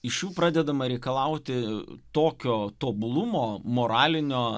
iš jų pradedama reikalauti tokio tobulumo moralinio